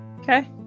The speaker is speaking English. Okay